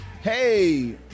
Hey